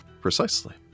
Precisely